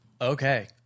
Okay